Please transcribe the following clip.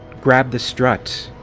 grab the strut!